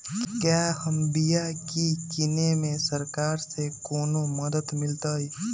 क्या हम बिया की किने में सरकार से कोनो मदद मिलतई?